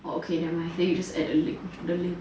oh okay never mind then you just add the link the link